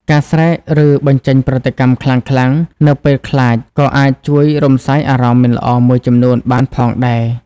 ការស្រែកឬបញ្ចេញប្រតិកម្មខ្លាំងៗនៅពេលខ្លាចក៏អាចជួយរំសាយអារម្មណ៍មិនល្អមួយចំនួនបានផងដែរ។